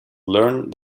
learned